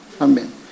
Amen